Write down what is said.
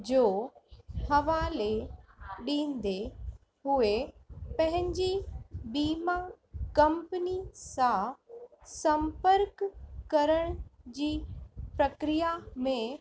जो हवाले ॾींदे हुए पंहिंजी बीमा कंपनी सां संपर्क करण जी प्रक्रिया में